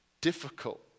difficult